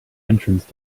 entrance